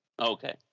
Okay